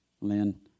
Lynn